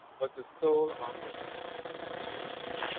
was the sole onlooker at my bedroom door.